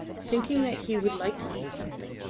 thinking that he would like to eat something.